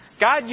God